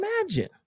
imagine